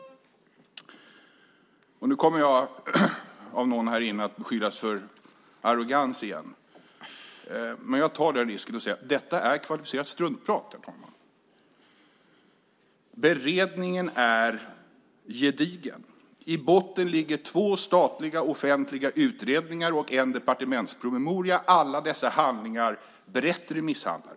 Nu kommer jag att beskyllas för arrogans igen av någon här inne, men jag tar den risken och säger: Detta är kvalificerat struntprat, herr talman. Beredningen är gedigen. I botten ligger två statliga offentliga utredningar och en departementspromemoria. Alla dessa handlingar är brett remissbehandlade.